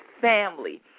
family